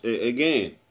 Again